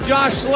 Josh